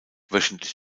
wöchentlich